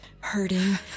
hurting